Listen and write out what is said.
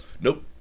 Nope